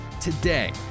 today